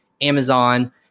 Amazon